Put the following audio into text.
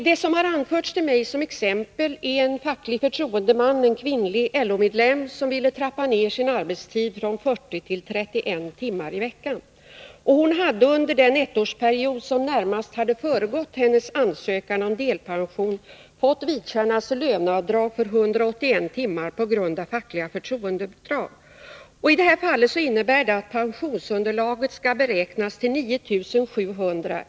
Det som har redovisats för mig som exempel gäller en facklig förtroendeman, en kvinnlig LO-medlem, som ville trappa ner sin arbetstid från 40 till 31 timmar i veckan. Hon hade under den ettårsperiod som närmast föregått hennes ansökan om delpension fått vidkännas löneavdrag för 181 timmar på grund av fackliga förtroendeuppdrag. I det här fallet innebär det att pensionsunderlaget skall beräknas till 9 700 kr.